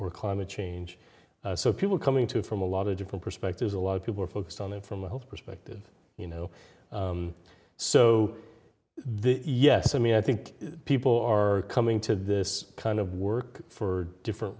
or climate change so people coming to it from a lot of different perspectives a lot of people are focused on it from a health perspective you know so this yes i mean i think people are coming to this kind of work for different